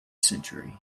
century